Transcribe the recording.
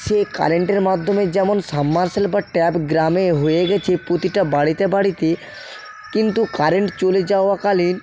সে কারেন্টের মাধ্যমে যেমন সাবমার্শেল বা ট্যাপ গ্রামে হয়ে গিয়েছে প্রতিটা বাড়িতে বাড়িতে কিন্তু কারেন্ট চলে যাওয়া কালীন